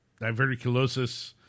diverticulosis